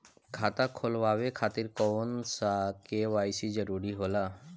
खाता खोलवाये खातिर कौन सा के.वाइ.सी जरूरी होला?